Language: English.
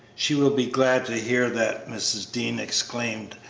she will be glad to hear that! mrs. dean exclaimed,